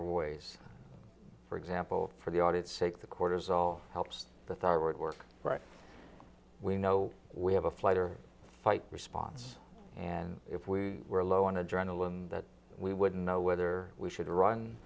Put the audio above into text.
of ways for example for the audit sake the cortisol helps the thyroid work right we know we have a flight or fight response and if we were low on adrenaline that we wouldn't know whether we should run